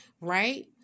Right